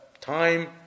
time